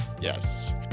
Yes